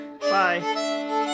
Bye